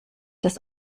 das